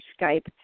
Skype